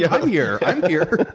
yeah i'm here. i'm here.